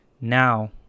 now